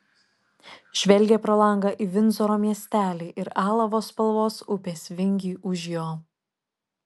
žvelgė pro langą į vindzoro miestelį ir alavo spalvos upės vingį už jo